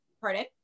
Pardon